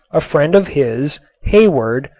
a friend of his, hayward,